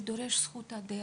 הנושא הזה דורך זכות דרך.